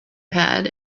pad